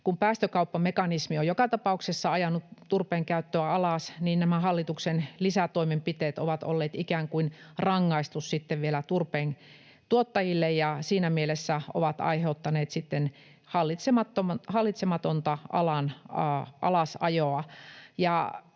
kun päästökauppamekanismi on joka tapauksessa ajanut turpeen käyttöä alas, niin nämä hallituksen lisätoimenpiteet ovat olleet ikään kuin vielä rangaistus turpeentuottajille ja siinä mielessä ovat aiheuttaneet sitten hallitsematonta alan alasajoa.